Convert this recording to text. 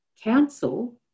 Council